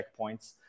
checkpoints